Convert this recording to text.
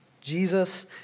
Jesus